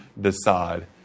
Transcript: decide